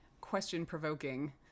question-provoking